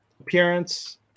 appearance